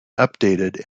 updated